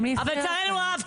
אבל לצערנו הרב,